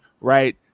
right